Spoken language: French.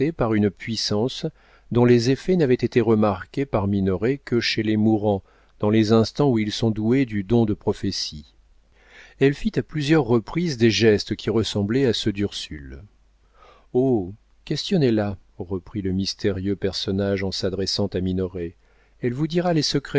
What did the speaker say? par une puissance dont les effets n'avaient été remarqués par minoret que chez les mourants dans les instants où ils sont doués du don de prophétie elle fit à plusieurs reprises des gestes qui ressemblaient à ceux d'ursule oh questionnez la reprit le mystérieux personnage en s'adressant à minoret elle vous dira les secrets